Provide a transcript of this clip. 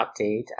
update